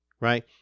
right